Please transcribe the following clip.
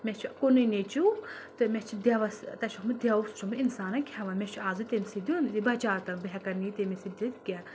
مےٚ چھُ کُنُے نَیچوٗ تہٕ مےٚ چھِ دَیٚوَس تَتہِ چھُ مُت دَیٚو چھُ اوسمُت اِنسانَن کھؠوان مےٚ چھُ آزٕ تٔمۍ سٕی دِیُن یہِ بَچاوتَن بہٕ ہؠکان نِہ تٔمِس یہِ دِتھ کینٛہہ